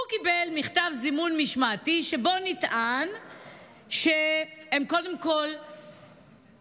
הוא קיבל מכתב זימון משמעתי שבו הם קודם כול תוקפים